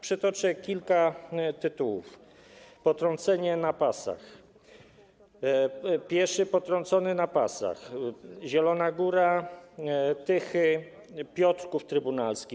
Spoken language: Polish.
Przytoczę kilka tytułów: „Potrącenie na pasach”, „Pieszy potrącony na pasach”, Zielona Góra, Tychy, Piotrków Trybunalski.